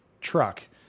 truck